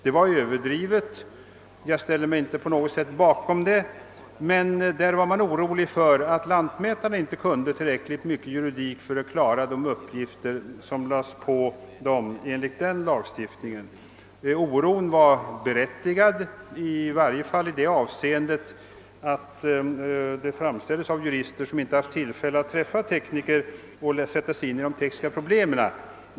Det var överdrivet och jag ställer mig på intet sätt bakom det. Vad man då var orolig för var att lantmätarna inte kunde tillräckligt med juridik för att klara de uppgifter som lades på dem enligt den aktuella lagstiftningen. Oron var i varje fall i så måtto förståelig som den framfördes av jurister som inte haft tillfälle att samverka med tekniker och sätta sig in i tekniska problem.